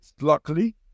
Luckily